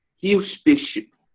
huge spaceship.